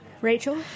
Rachel